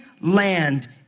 land